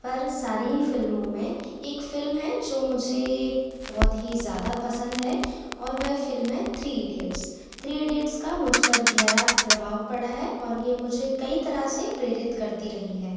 पर सारी ही फ़िल्मों में एक फ़िल्म है जो मुझे बहुत ही ज़्यादा पसंद है और वह फ़िल्म है थ्री ईडियट्स थ्री ईडियट्स का मुझ पर गहरा प्रभाव पड़ा है और यह मुझे कई तरह से प्रेरित करती रही है